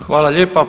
Hvala lijepa.